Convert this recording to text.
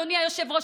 אדוני היושב-ראש,